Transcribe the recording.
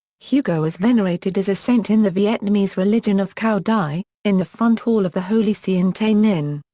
hugo is venerated as a saint in the vietnamese religion of cao dai, in the front hall of the holy see in tay ninh.